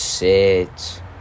Sit